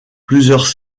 plusieurs